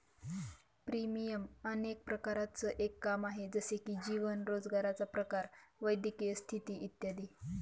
premium अनेक प्रकारांचं एक काम आहे, जसे की जीवन, रोजगाराचा प्रकार, वैद्यकीय स्थिती इत्यादी